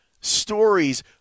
stories